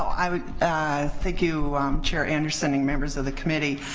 i mean and thank you chair anderson and members of the committee.